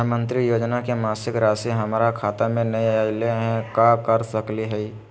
प्रधानमंत्री योजना के मासिक रासि हमरा खाता में नई आइलई हई, का कर सकली हई?